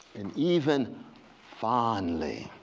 and even fondly,